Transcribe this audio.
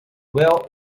will